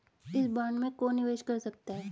इस बॉन्ड में कौन निवेश कर सकता है?